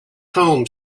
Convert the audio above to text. home